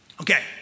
Okay